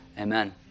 Amen